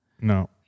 No